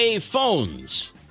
phones